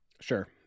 Sure